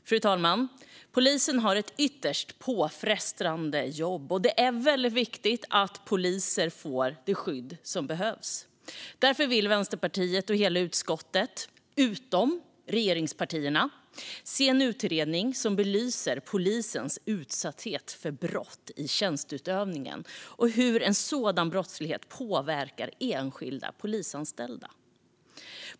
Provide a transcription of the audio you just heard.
Fru talman! Polisen har ett ytterst påfrestande jobb, och det är väldigt viktigt att polisen får det skydd som behövs. Därför vill Vänsterpartiet och hela utskottet, utom regeringspartierna, se en utredning som belyser polisens utsatthet för brott i tjänsteutövningen och hur sådan brottslighet påverkar enskilda polisanställda.